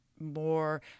more